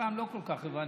הפעם לא כל כך הבנתי.